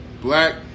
Black